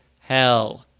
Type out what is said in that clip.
hell